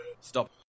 Stop